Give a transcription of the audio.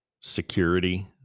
security